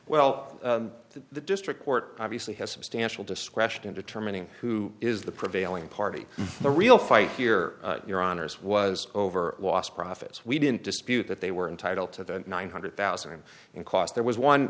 well the district court obviously has substantial discretion in determining who is the prevailing party the real fight here your honour's was over lost profits we didn't dispute that they were entitled to the nine hundred thousand in cost there was one